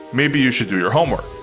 maybe you should do your homework.